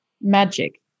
magic